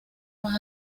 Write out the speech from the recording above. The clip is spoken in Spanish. más